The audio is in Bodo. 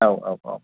औ औ औ